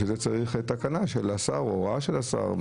בשביל זה צריך תקנה של השר או הוראה של השר.